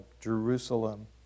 Jerusalem